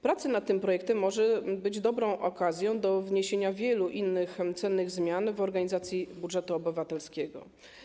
Praca nad tym projektem może być dobrą okazją do wniesienia wielu innych cennych zmian w organizacji budżetu obywatelskiego.